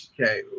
Okay